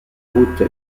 route